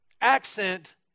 accent